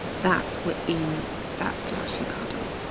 that's what in that slushee puddle.